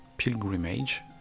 Pilgrimage